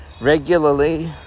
regularly